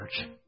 church